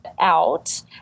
out